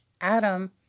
Adam